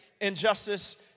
injustice